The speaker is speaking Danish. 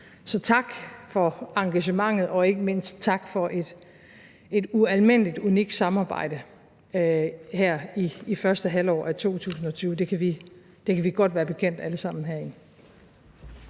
tak for engagementet og ikke mindst tak for et ualmindelig unikt samarbejde her i første halvår af 2020. Det kan vi godt være bekendt alle sammen herinde.